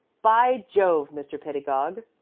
by jove! mr. pedagog,